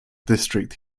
district